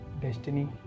destiny